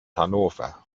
hannover